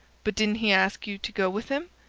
but didn't he ask you to go with him?